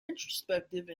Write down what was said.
introspective